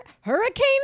hurricane